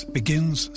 begins